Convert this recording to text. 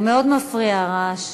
זה מאוד מפריע, הרעש.